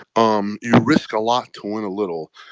um you risk a lot to win a little.